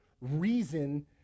reason